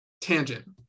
Tangent